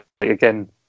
again